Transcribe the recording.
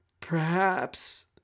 Perhaps